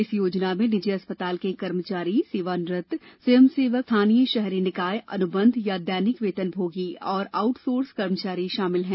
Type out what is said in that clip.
इस योजना में निजी अस्पताल के कर्मचारी सेवानिवृत्त स्वयंसेवक स्थानीय शहरी निकाय अनुबंध या दैनिक वेतनभोगी और आउटसोर्स कर्मचारी शामिल हैं